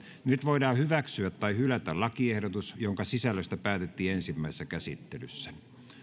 nyt voidaan hyväksyä tai hylätä lakiehdotus jonka sisällöstä päätettiin ensimmäisessä käsittelyssä